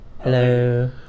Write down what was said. Hello